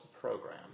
program